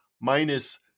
minus